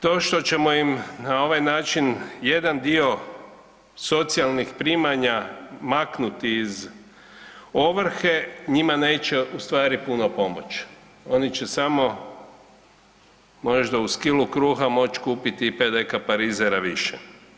To što ćemo im na ovaj način jedan dio socijalnih primanja maknuti iz ovrhe njima neće u stvari puno pomoći, oni će samo uz kilu kruha moći kupiti i 5 deka parizera više.